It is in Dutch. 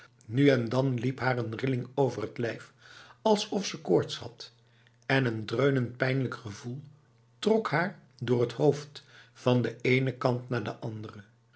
nu en dan liep haar een rilling over het lijf alsof ze koorts had en een dreunend pijnlijk gevoel trok haar door het hoofd van de ene kant naar de andere